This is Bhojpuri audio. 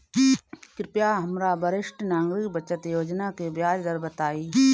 कृपया हमरा वरिष्ठ नागरिक बचत योजना के ब्याज दर बताइं